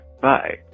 Bye